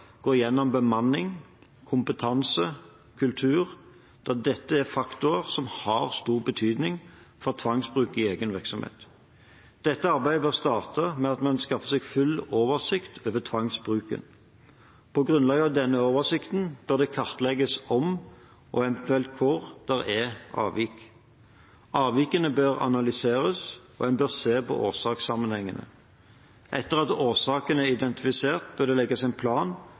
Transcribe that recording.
igjennom bemanning, kompetanse og kultur, da dette er faktorer som har stor betydning for tvangsbruk i egen virksomhet. Dette arbeidet bør starte med at man skaffer full oversikt over tvangsbruken. På grunnlag av denne oversikten bør det kartlegges om og eventuelt hvor det er avvik. Avvikene bør analyseres, og man bør se etter årsakssammenhengene. Etter at årsakene er identifisert, bør det legges en plan